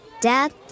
Dad